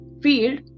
field